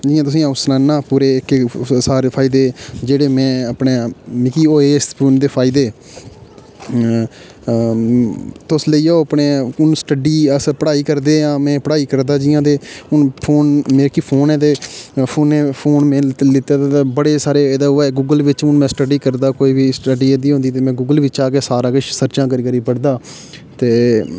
इ'यां तुसें ई अ'ऊं सनाना पूरे केईं सारे फायदे जेह्ड़े में अपने इस फोन दे फायदे तुस लेई जाओ स्टडी आस्तै अपनी पढ़ाई करदे आं में पढ़ाई करदा जि'यां ते हून मिगी फोन ऐ ते फोन में लैते दा ते बड़े सारे एह्दे गूगल बिच बी में स्टडी करदा कोई बी स्टडी होंदी ते में गूगल बिच्चा दा गै सारा किश सर्चां करी करी पढ़दा ते